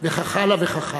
וכך הלאה וכך הלאה.